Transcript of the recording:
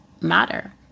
matter